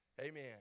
Amen